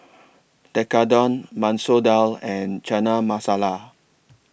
Tekkadon Masoor Dal and Chana Masala